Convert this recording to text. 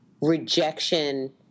rejection